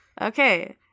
okay